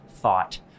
thought